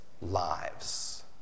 lives